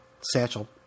Satchel